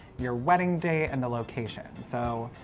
your wedding date, and the location. so,